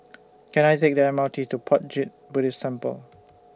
Can I Take The M R T to Puat Jit Buddhist Temple